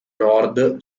nord